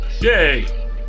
Yay